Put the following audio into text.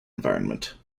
environment